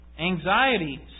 anxiety